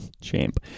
Champ